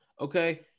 okay